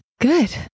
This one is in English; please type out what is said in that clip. good